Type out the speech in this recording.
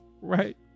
right